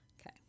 Okay